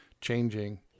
changing